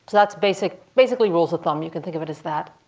that's basically basically rules of thumb. you can think of it as that.